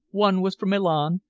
one was from milan,